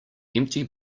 empty